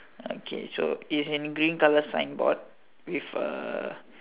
okay so it's a green colour sign board with a